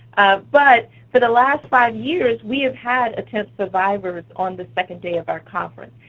but for the last five years, we have had attempt survivors on the second day of our conference.